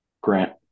Grant